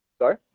sorry